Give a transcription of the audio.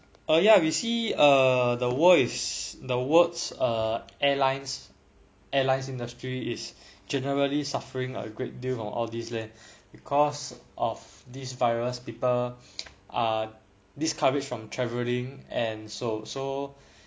uh ya we see err the world the words or airlines airlines industry is generally suffering a great deal from all these leh because of this virus people are discouraged from travelling and so so